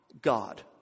God